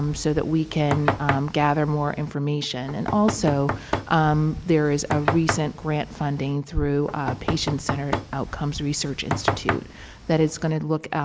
um so that we can gather more information, and also there is a recent grant funding through patient-centered outcomes research institute that is going to look,